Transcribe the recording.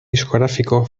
discográfico